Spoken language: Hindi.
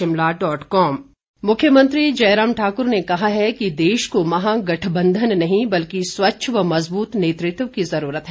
मुख्यमंत्री मुख्यमंत्री जयराम ठाक्र ने कहा है कि देश को महा गठबंधन नहीं बल्कि स्वच्छ व मजबूत नेतृत्व की ज़रूरत है